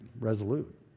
resolute